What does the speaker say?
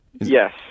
Yes